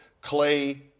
Clay